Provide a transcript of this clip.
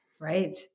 Right